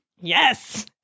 Yes